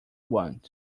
want